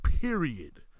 period